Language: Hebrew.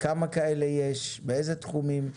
כמה כאלה יש, מאיזה תחומים,